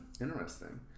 Interesting